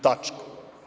Tačka.